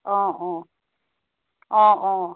অঁ অঁ অঁ অঁ